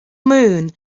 moon